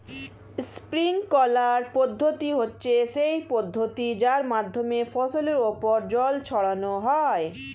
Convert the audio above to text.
sprinkler পদ্ধতি হচ্ছে সেই পদ্ধতি যার মাধ্যমে ফসলের ওপর জল ছড়ানো হয়